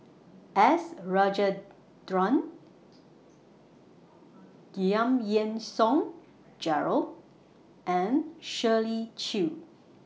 S Rajendran Giam Yean Song Gerald and Shirley Chew